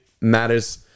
matters